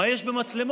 מה יש במצלמות?